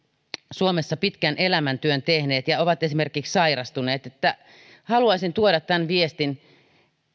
suomessa pitkän elämäntyön tehneet ja ovat esimerkiksi sairastuneet haluaisin tosiaan tuoda tämä viestin